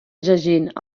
llegint